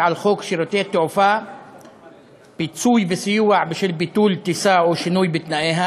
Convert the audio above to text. על חוק שירותי תעופה (פיצוי וסיוע בשל ביטול טיסה או שינוי בתנאיה)